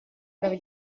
bravi